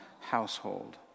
household